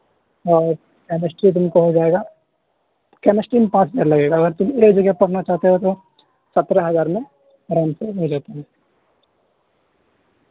اور کیمسٹری تم کو ہو جائے گا کیمسٹری میں پانچ منٹ لگے گا اگر تم ایک جگہ پڑھنا چاہتے ہو تو سترہ ہزار میں آرام سے ہو جاتا ہیں